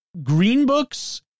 Greenbooks